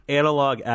analog